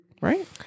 right